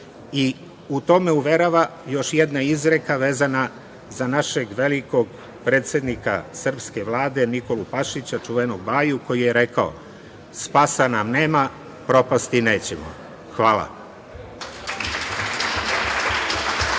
i u to me uverava i još jedna izreka vezana za našeg velikog predsednika srpske Vlade Nikolu Pašića, čuvenog Baju, koji je rekao – spasa nam nema, propasti nećemo. Hvala.